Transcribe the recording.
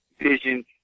vision